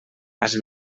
has